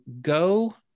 go